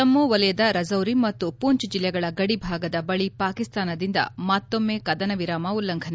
ಜಮ್ನ ವಲಯದ ರಚೌರಿ ಮತ್ತು ಪೂಂಚ್ ಜಿಲ್ಲೆಗಳ ಗಡಿ ಭಾಗದ ಬಳಿ ಪಾಕಿಸ್ತಾನದಿಂದ ಮತ್ತೊಮ್ನೆ ಕದನ ವಿರಾಮ ಉಲ್ಲಂಫನೆ